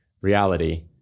reality